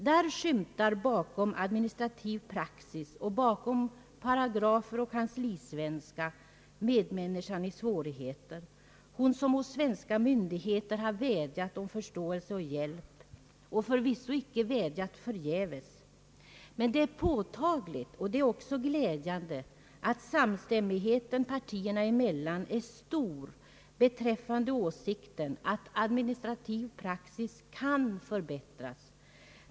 Där skymtar bakom administrativ praxis och bakom paragrafer och kanslisvenska medmänniskan i svårigheter, hon som hos svenska myndigheter har vädjat om förståelse och hjälp och förvisso icke vädjat förgäves. Det är påtagligt — och det är också glädjande att samstämmigheten partierna emellan är stor beträffande åsikten, att administrativ praxis kan förbättras.